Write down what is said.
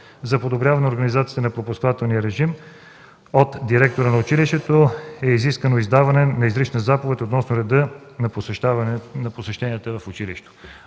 За подобряване организацията на пропускателния режим от директора на училището е изискано издаване на изрична заповед относно реда на посещенията в училището.